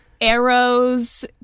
arrows